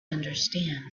understand